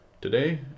Today